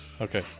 Okay